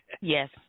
Yes